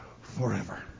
forever